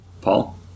Paul